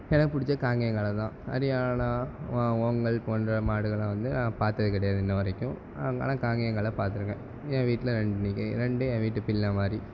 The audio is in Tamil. எனக்கு பிடிச்ச காங்கேயன் காளை தான் அது ஏன்னா ஓ ஓங்கள் போன்ற மாடுகளை வந்து நான் பார்த்தது கிடையாது இன்ன வரைக்கும் ஆனால் காங்கேயன் காளை பார்த்துருக்கேன் என் வீட்டில் ரெண்டு நிற்குது ரெண்டும் என் வீட்டு பிள்ளை மாதிரி